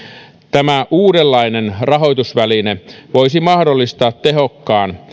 tämä uudenlainen rahoitusväline voisi mahdollistaa tehokkaan